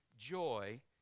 Joy